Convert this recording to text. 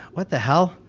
what the hell,